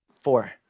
Four